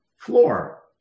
floor